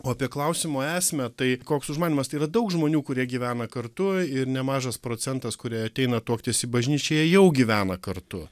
o apie klausimo esmę tai koks užmanymas tai yra daug žmonių kurie gyvena kartu ir nemažas procentas kurie ateina tuoktis į bažnyčią jie jau gyvena kartu